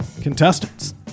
Contestants